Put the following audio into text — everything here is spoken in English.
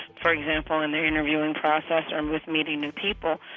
for example, in the interviewing process or and with meeting new people.